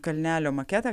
kalnelio maketą